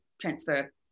transfer